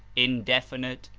indefinite,